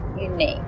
unique